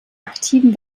aktiven